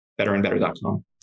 BetterandBetter.com